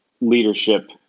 leadership